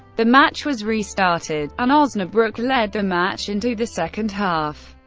the match was restarted and osnabruck led the match into the second half.